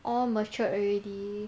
all matured already